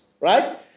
right